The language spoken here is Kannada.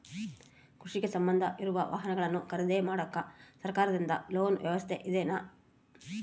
ಕೃಷಿಗೆ ಸಂಬಂಧ ಇರೊ ವಾಹನಗಳನ್ನು ಖರೇದಿ ಮಾಡಾಕ ಸರಕಾರದಿಂದ ಲೋನ್ ವ್ಯವಸ್ಥೆ ಇದೆನಾ?